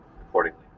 accordingly